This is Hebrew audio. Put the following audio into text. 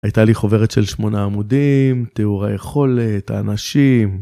הייתה לי חוברת של שמונה עמודים, תיאור היכולת, האנשים...